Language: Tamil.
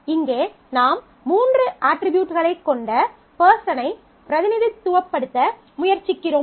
இங்கே நாம் மூன்று அட்ரிபியூட்களைக் கொண்ட பெர்ஸனைப் பிரதிநிதித்துவப்படுத்த முயற்சிக்கிறோம்